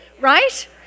Right